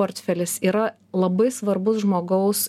portfelis yra labai svarbus žmogaus